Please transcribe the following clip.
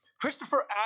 Christopher